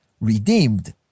redeemed